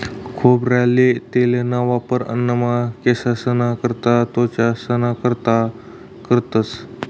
खोबरेल तेलना वापर अन्नमा, केंससना करता, त्वचाना कारता करतंस